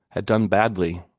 had done badly.